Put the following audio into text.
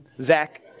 Zach